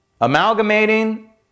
amalgamating